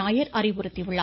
நாயர் அறிவுறுத்தியுள்ளார்